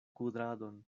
kudradon